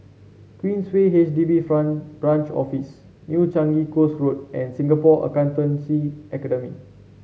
Queensway H D B Friend Branch Office New Changi Coast Road and Singapore Accountancy Academy